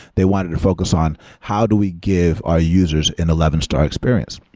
they wanted to focus on how do we give our users an eleven star experience?